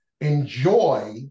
enjoy